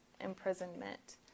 imprisonment